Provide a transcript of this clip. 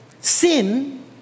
sin